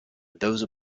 those